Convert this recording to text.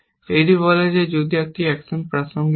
এটি বলে যে যদি একটি অ্যাকশন প্রাসঙ্গিক হয়